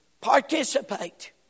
Participate